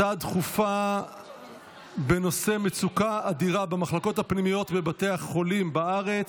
הצעה דחופה בנושא: מצוקה אדירה במחלקות הפנימיות בבתי החולים בארץ,